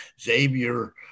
Xavier